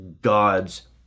God's